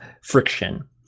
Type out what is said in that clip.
friction